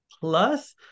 Plus